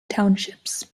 townships